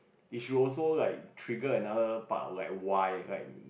which also like trigger another part like why like